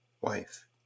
wife